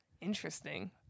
Interesting